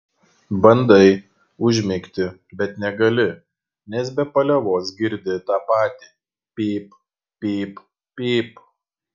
bandai užmigti bet negali nes be paliovos girdi tą patį pyp pyp pyp